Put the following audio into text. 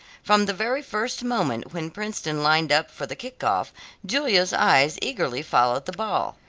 from the very first moment when princeton lined up for the kick-off julia's eyes eagerly followed the ball.